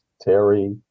Terry